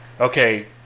okay